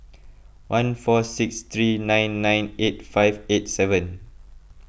one four six three nine nine eight five eight seven